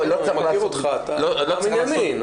אני מכיר אותך, אתה ענייני.